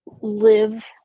live